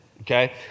okay